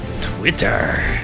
Twitter